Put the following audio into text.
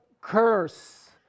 curse